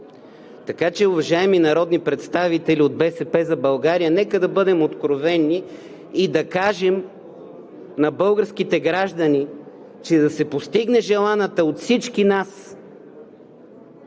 Така че, уважаеми народни представители от „БСП за България“, нека да бъдем откровени и да кажем на българските граждани, че за да се постигне желаната от всички нас